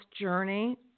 journey